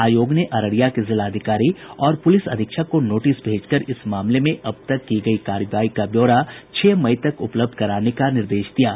आयोग ने अररिया के जिलाधिकारी और पुलिस अधीक्षक को नोटिस भेजकर इस मामले में अब तक की गयी कार्रवाई का ब्यौरा छह मई तक उपलब्ध कराने का निर्देश दिया है